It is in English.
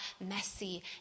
messy